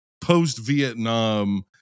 Post-Vietnam